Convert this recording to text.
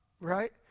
right